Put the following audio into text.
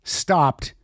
stopped